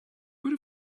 would